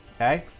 Okay